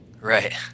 Right